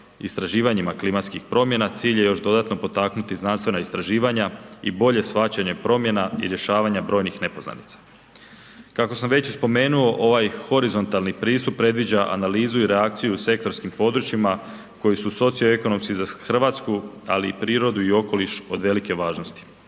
istraživanjima klimatskih promjena, cilj je još dodatno potaknuti znanstvena istraživanja i bolje shvaćanje promjena, i rješavanja brojnih nepoznanica. Kako sam već i spomenuo ovaj horizontalni pristup predviđa analizu i reakciju u sektorskim područjima koji su socio-ekonomski za Hrvatsku, ali i prirodu, i okoliš od velike važnosti.